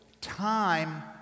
time